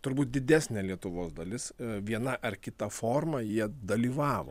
turbūt didesnė lietuvos dalis viena ar kita forma jie dalyvavo